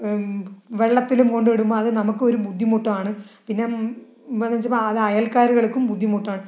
വെള്ളത്തിലും കൊണ്ടിടുമ്പോൾ അത് നമുക്ക് ഒരു ബുദ്ധിമുട്ടാണ് പിന്നെ എന്താ വെച്ചാൽ അത് അയൽക്കാർക്കും ബുദ്ധിമുട്ടാണ്